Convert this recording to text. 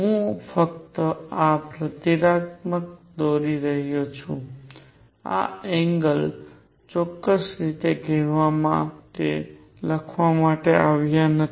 હું ફક્ત આ પ્રતીકાત્મક રીતે દોરી રહ્યો છું આ એંગલ ચોક્કસ રીતે કહેવા માટે લખવામાં આવ્યા નથી